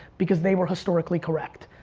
because they were historically correct.